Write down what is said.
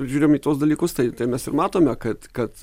žiūrim į tuos dalykus tai tai mes ir matome kad kad